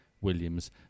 Williams